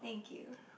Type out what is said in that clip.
thank you